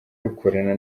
rukorana